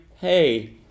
hey